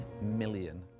million